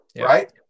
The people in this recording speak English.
Right